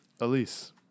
Elise